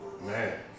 Man